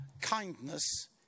kindness